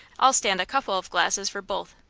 i'll stand a couple of glasses for both.